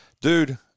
dude